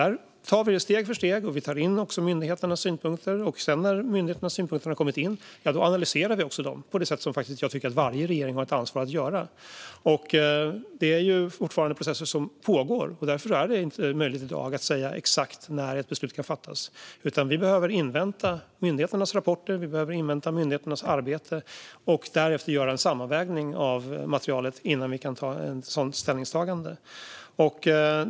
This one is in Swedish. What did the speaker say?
Vi tar detta steg för steg, och vi tar in även myndigheternas synpunkter. När myndigheternas synpunkter sedan har kommit in analyserar vi dem på det sätt som jag faktiskt tycker att varje regering har ett ansvar att göra. Det är processer som fortfarande pågår, och därför är det inte möjligt att i dag säga exakt när ett beslut kan fattas. Vi behöver invänta myndigheternas rapporter och arbete och därefter göra en sammanvägning av materialet innan vi kan göra ett sådant ställningstagande.